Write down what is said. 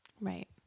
Right